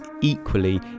equally